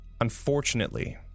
unfortunately